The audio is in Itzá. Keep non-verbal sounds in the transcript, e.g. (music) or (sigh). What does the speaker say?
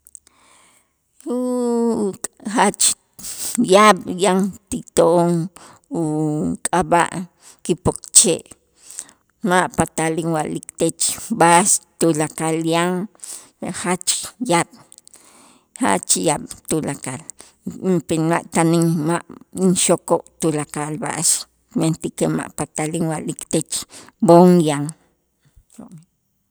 (hesitation) jach yaab' yan ti to'on uk'ab'a' kipokche' ma' patal inwa'liktech b'a'ax tulakal yan jach yaab', jach yaab' tulakal (unintelligible) ma' tan in ma' inxoko' tulakal b'a'ax, mentäkej ma' patal inwa'liktech b'oon yan. jo'mij